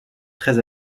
très